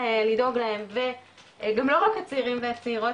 לדאוג להם וגם לא רק הצעירים והצעירות,